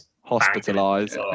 hospitalized